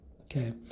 Okay